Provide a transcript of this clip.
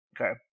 Okay